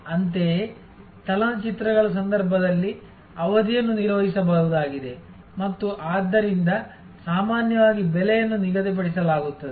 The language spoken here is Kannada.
ಅಂತೆಯೇ ಚಲನಚಿತ್ರಗಳ ಸಂದರ್ಭದಲ್ಲಿ ಅವಧಿಯನ್ನು ಊಹಿಸಬಹುದಾಗಿದೆ ಮತ್ತು ಆದ್ದರಿಂದ ಸಾಮಾನ್ಯವಾಗಿ ಬೆಲೆಯನ್ನು ನಿಗದಿಪಡಿಸಲಾಗುತ್ತದೆ